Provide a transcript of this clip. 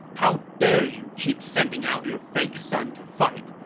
how dare you keep sending out your fake son to fight?